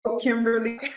Kimberly